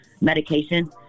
medication